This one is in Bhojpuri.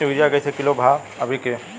यूरिया कइसे किलो बा भाव अभी के?